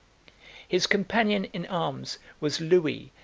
his companion in arms was louis,